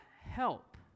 help